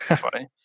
funny